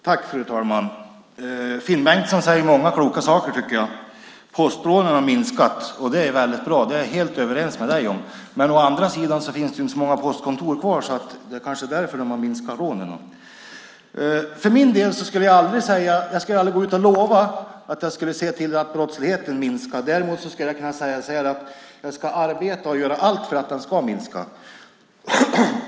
Fru talman! Finn Bengtsson säger många kloka saker, som å ena sidan att postrånen har minskat. Det är mycket bra; där är vi helt överens. Å andra sidan finns det inte många postkontor kvar, så det är kanske därför rånen minskat. För egen del skulle jag aldrig gå ut och lova att jag ska se till att brottsligheten minskar. Däremot skulle jag kunna säga att jag ska arbeta och göra allt för att den ska minska.